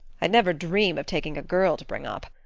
i'd never dream of taking a girl to bring up.